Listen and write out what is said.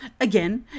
again